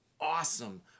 awesome